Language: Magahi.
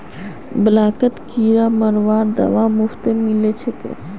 ब्लॉकत किरा मरवार दवा मुफ्तत मिल छेक